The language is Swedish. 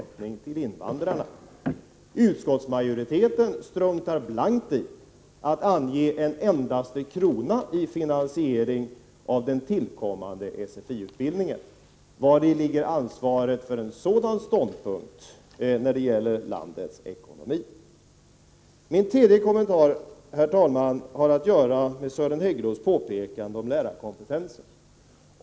Utskottsmajoriteten struntar blankt i att ange en enda krona som finansiering av den tillkommande SFI-utbildningen. Vari ligger ansvaret för landets ekonomi i en sådan ståndpunkt? Herr talman! Min tredje kommentar gäller Sören Häggroths påpekande om lärarkompetensen.